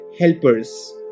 helpers